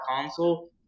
console